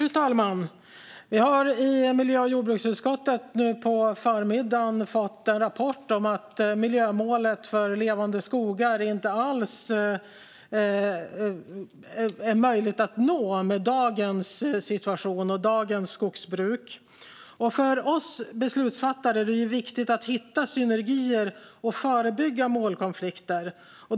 Fru talman! Vi har i miljö och jordbruksutskottet nu på förmiddagen fått en rapport om att miljömålet Levande skogar inte alls är möjligt att nå med dagens situation och dagens skogsbruk. För oss beslutsfattare är det viktigt att hitta synergier och förebygga målkonflikter.